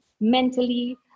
mentally